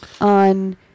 on